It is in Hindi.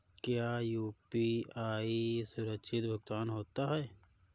क्या यू.पी.आई सुरक्षित भुगतान होता है?